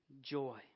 joy